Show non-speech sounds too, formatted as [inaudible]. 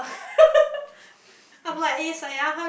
[laughs] okay